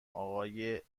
آقای